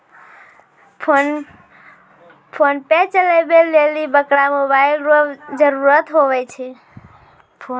PhonePe चलबै लेली बड़का मोबाइल रो जरुरत हुवै छै